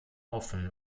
offen